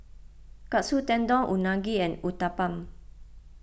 Katsu Tendon Unagi and Uthapam